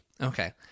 Okay